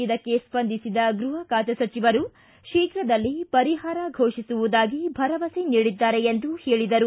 ಇದಕ್ಕೆ ಸ್ಪಂದಿಸಿದ ಗೃಹ ಸಚಿವರು ಶೀಘ್ರದಲ್ಲೇ ಪರಿಹಾರ ಘೋಷಿಸುವುದಾಗಿ ಭರವಸೆ ನೀಡಿದ್ದಾರೆ ಎಂದು ಹೇಳಿದರು